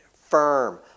firm